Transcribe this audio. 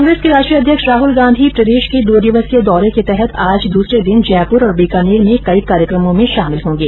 कांग्रेस के राष्ट्रीय अध्यक्ष राहल गांधी प्रदेश के दो दिवसीय दौरे के तहत आज दूसरे दिन जयप्र और बीकानेर में कई कार्यक्रमों में शामिल होंगे